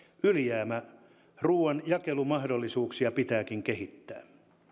ylijäämäruuan jakelumahdollisuuksia pitääkin kehittää